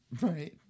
right